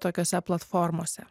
tokiose platformose